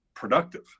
productive